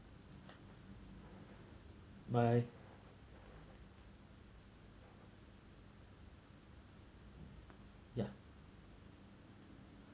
bye ya